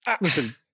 Listen